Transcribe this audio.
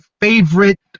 favorite